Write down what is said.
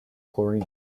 chlorine